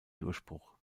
durchbruch